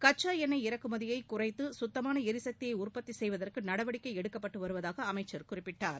கச்சா எண்ணெய் இறக்குமதியை குறைத்து சுத்தமான எரிசக்தியை உற்பத்தி செய்வதற்கு நடவடிககை எடுக்கப்பட்டு வருவதாக அமைச்சர் குறிப்பிட்டார்